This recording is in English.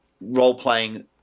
role-playing